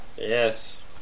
Yes